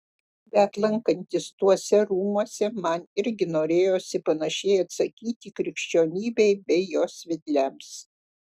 bet lankantis tuose rūmuose man irgi norėjosi panašiai atsakyti krikščionybei bei jos vedliams